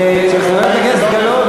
שהוא יישאר חבר כנסת ולא ימונה לשר החוץ.